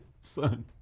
Son